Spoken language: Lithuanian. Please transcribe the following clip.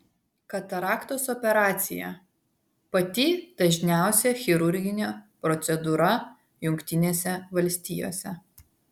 kataraktos operacija pati dažniausia chirurginė procedūra jungtinėse valstijose